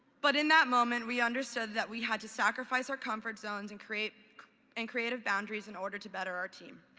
but in that moment we understood that we had to sacrifice our comfort zones and create and creative boundaries in order to better our team.